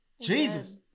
Jesus